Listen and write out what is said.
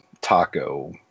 taco